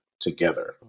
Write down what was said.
together